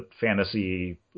fantasy